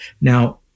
Now